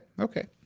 okay